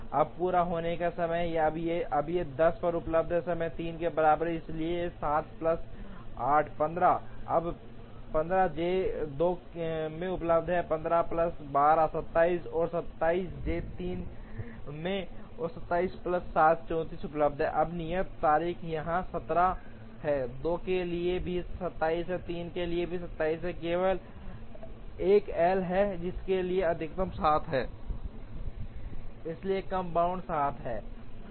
अब पूरा होने के समय अब यह १० पर उपलब्ध है समय 3 के बराबर इसलिए 7 plus 8 15 अब 15 J 2 में उपलब्ध है 15 plus 12 27 और 27 J 3 में 27 प्लस 7 34 उपलब्ध है अब नियत तारीख यहाँ 17 है 2 के लिए भी 27 है 3 के लिए भी 27 है केवल एक एल है इसलिए एल अधिकतम 7 है इसलिए कम बाउंड 7 है